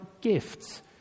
gifts